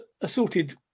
assorted